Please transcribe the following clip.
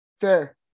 Fair